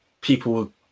people